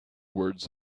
words